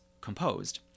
composed